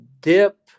dip